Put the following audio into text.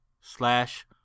slash